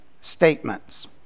statements